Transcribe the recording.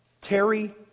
Terry